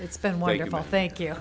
it's been like i thank you